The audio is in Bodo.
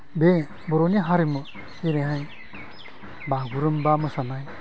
बे बर'नि हारिमु जेरैहाय बागुरुम्बा मोसानाय